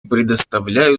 предоставляю